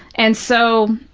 and so,